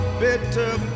bitter